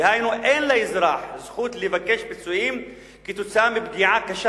דהיינו אין לאזרח זכות לבקש פיצויים על פגיעה קשה